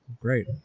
Great